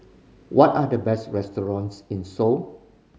what are the best restaurants in Seoul